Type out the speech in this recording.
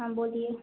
हाँ बोलिए